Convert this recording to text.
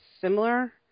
similar